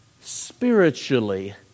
spiritually